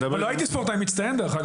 לא הייתי ספורטאי מצטיין, דרך אגב.